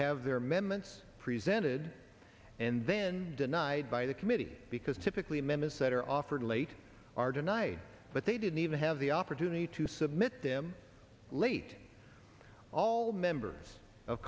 have their amendments presented and then denied by the committee because typically members that are offered late are denied but they didn't even have the opportunity to submit them late all members of